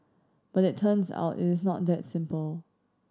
but it turns out it is not that simple